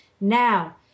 Now